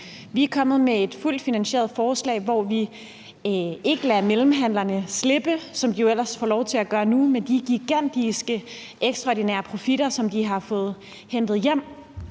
Vi er kommet med et fuldt finansieret forslag, hvor vi ikke lader mellemhandlerne slippe, som de ellers gør nu, med de gigantiske ekstraordinære profitter, som de har fået hentet hjem,